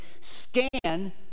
scan